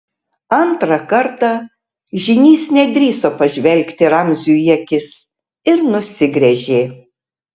antrą kartą žynys nedrįso pažvelgti ramziui į akis ir nusigręžė